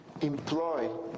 employ